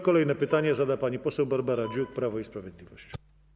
Kolejne pytanie zada pani poseł Barbara Dziuk, Prawo i Sprawiedliwość.